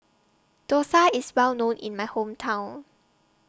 Dosa IS Well known in My Hometown